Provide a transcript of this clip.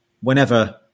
whenever